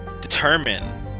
determine